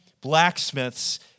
blacksmiths